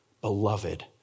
Beloved